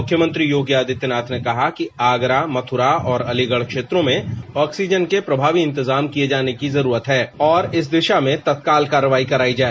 मख्यमंत्री योगी आदित्यनाथ ने कहा की आगरा मथ्ता और अलीगढ़ क्षेत्रों में ऑक्सीजन के प्रमावी इंतजाम किए जाने की जरूरत है और इस दिसा में तत्काल कार्यवाही कराई जाए